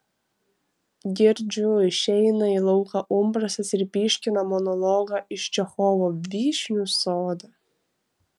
girdžiu išeina į lauką umbrasas ir pyškina monologą iš čechovo vyšnių sodo